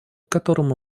которому